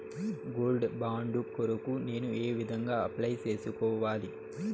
Gold bond కొరకు నేను ఏ విధంగా అప్లై సేసుకోవాలి?